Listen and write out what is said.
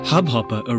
Hubhopper